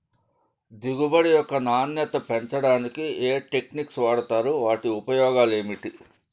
దిగుబడి యొక్క నాణ్యత పెంచడానికి ఏ టెక్నిక్స్ వాడుతారు వాటి ఉపయోగాలు ఏమిటి?